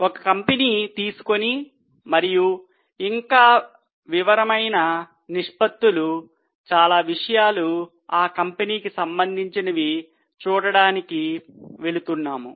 ఒక కంపెనీ తీసుకొని మరియు ఇంకా వివరమైన నిష్పత్తిలు చాలా విషయాలు ఆ కంపెనీకి సంబంధించినవి చూడడానికి వెళుతున్నాము